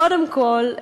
קודם כול,